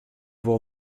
wol